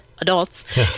adults